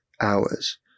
hours